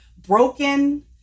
broken